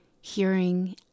hearing